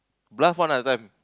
bluff one ah that time